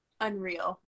unreal